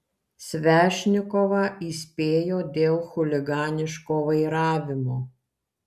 svešnikovą įspėjo dėl chuliganiško vairavimo